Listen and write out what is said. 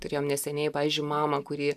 turėjom neseniai pavyzdžiui mamą kuri